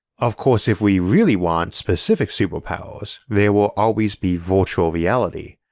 of course if we really want specific superpowers, there will always be virtual reality,